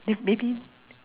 if maybe